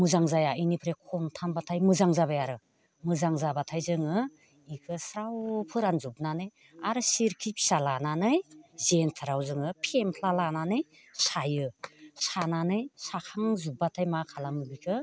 मोजां जाया बेनिफ्राय खनथामबाथाय मोजां जाबाय आरो मोजां जाबाथाय जोङो बेखौ स्राव फोरानजोबनानै आरो सिरखि फिसा लानानै जिंथाराव जोङो फेमफ्ला लानानै सायो सानानै साखां जोबबाथाय मा खालामो बेखौ